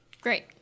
Great